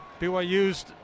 BYU's